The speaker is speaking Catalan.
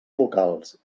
locals